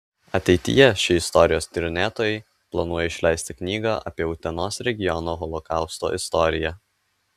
ateityje šie istorijos tyrinėtojai planuoja išleisti knygą apie utenos regiono holokausto istoriją